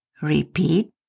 Repeat